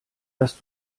dass